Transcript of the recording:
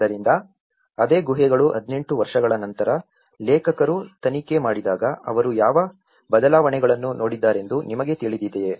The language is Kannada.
ಆದ್ದರಿಂದ ಅದೇ ಗುಹೆಗಳು 18 ವರ್ಷಗಳ ನಂತರ ಲೇಖಕರು ತನಿಖೆ ಮಾಡಿದಾಗ ಅವರು ಯಾವ ಬದಲಾವಣೆಗಳನ್ನು ನೋಡಿದ್ದಾರೆಂದು ನಿಮಗೆ ತಿಳಿದಿದೆಯೇ